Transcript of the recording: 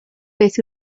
beth